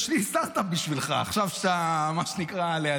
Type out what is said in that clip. יש לי סטרטאפ בשבילך עכשיו כשאתה לידי, מה שנקרא.